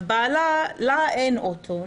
לה אין אוטו,